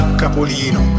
capolino